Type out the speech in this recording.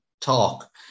talk